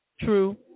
true